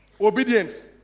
Obedience